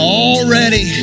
already